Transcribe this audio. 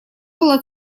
было